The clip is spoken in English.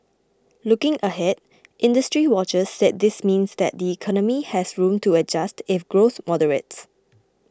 looking ahead industry watchers said this means that the economy has room to adjust if growth moderates